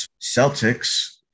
celtics